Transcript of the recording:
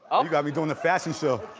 um got me doing the fashion show.